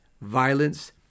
violence